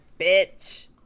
bitch